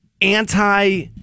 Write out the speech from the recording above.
anti